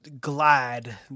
glad